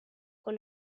con